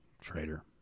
Traitor